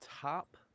top